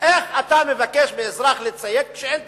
איך אתה מבקש מאזרח לציית כשאין תכנון,